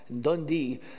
Dundee